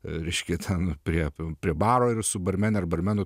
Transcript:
reiškia prekių prie baro ar su barmene ar barmenu